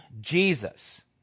Jesus